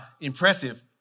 impressive